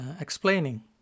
explaining